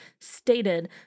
stated